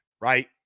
right